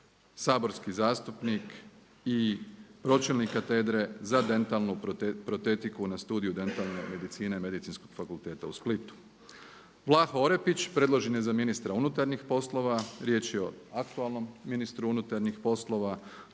saborski zastupnik i pročelnik Katedre za dentalnu protetiku na Studiju dentalne medicine Medicinskog fakulteta u Splitu. Vlaho Orepić, predložen je za ministra unutarnjih poslova. Riječ je o aktualnom ministru unutarnjih poslova